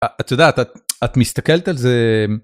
את יודעת את מסתכלת על זה.